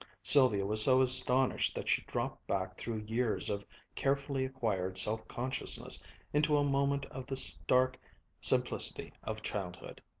sylvia was so astonished that she dropped back through years of carefully acquired self-consciousness into a moment of the stark simplicity of childhood.